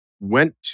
went